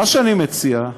מה שבעצם אני מציע,